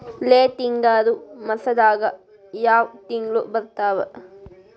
Late ಹಿಂಗಾರು ಮಾಸದಾಗ ಯಾವ್ ತಿಂಗ್ಳು ಬರ್ತಾವು?